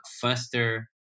faster